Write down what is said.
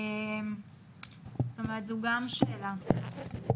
זו גם שאלה.